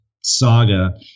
saga